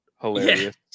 hilarious